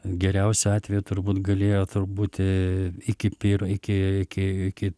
geriausiu atveju turbūt galėjo būti iki pyro iki iki iki